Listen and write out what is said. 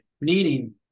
needing